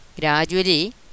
Gradually